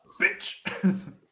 bitch